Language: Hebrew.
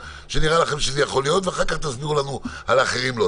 שנראה לכם שזה יכול להיות ואחר כך תסבירו לנו על האחרים לא.